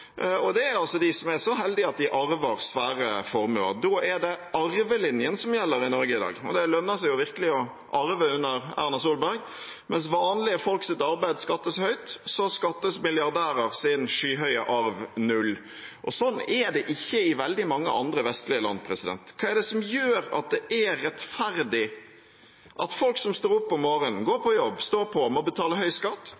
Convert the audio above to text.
og det er altså de som er så heldige at de arver svære formuer. Da er det arvelinjen som gjelder i Norge i dag, og det lønner seg jo virkelig å arve under Erna Solberg. Mens vanlige folks arbeid skattes høyt, skattes milliardærers skyhøye arv null, og sånn er det ikke i veldig mange andre vestlige land. Hva er det som gjør at det er rettferdig at folk som står opp om morgenen og går